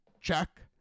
Check